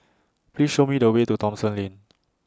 Please Show Me The Way to Thomson Lane